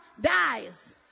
dies